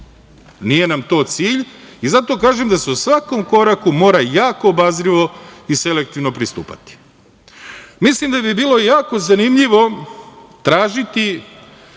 Nije nam to cilj i zato kažem da se svakom koraku mora jako obazrivo i selektivno pristupati. Mislim da bi bilo jako zanimljivo tražiti